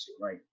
Right